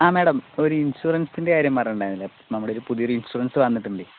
ആ മാഡം ഒരു ഇൻഷുറൻസ്ൻ്റെ കാര്യം പറഞ്ഞില്ലേ നമ്മുടെ പുതിയ ഒരു ഇൻഷുറൻസ് വന്നിട്ടുണ്ടേ